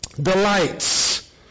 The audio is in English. delights